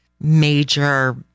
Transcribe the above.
major